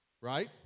right